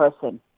person